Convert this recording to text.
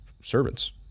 servants